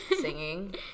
singing